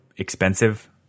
expensive